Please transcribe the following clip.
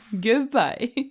Goodbye